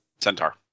Centaur